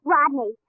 Rodney